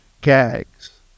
gags